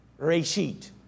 reshit